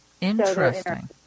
interesting